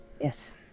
Yes